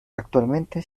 actualmente